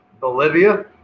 Bolivia